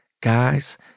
Guys